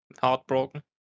heartbroken